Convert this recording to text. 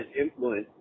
influence